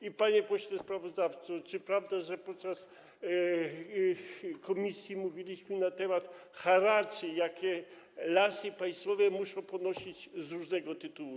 I panie pośle sprawozdawco, czy prawdą jest, że podczas posiedzenia komisji mówiliśmy na temat haraczy, jakie Lasy Państwowe muszą ponosić z różnego tytułu?